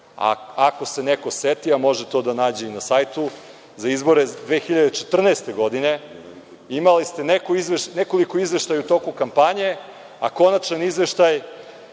se neko seti, a može to da nađe i na sajtu, za izbore 2014. godine imali ste nekoliko izveštaja u toku kampanje, a konačan izveštaj